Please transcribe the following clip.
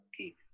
Okay